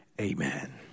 Amen